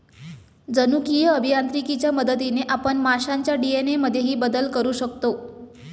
जनुकीय अभियांत्रिकीच्या मदतीने आपण माशांच्या डी.एन.ए मध्येही बदल करू शकतो